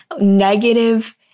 negative